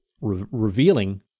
revealing